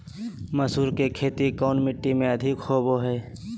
मसूर की खेती कौन मिट्टी में अधीक होबो हाय?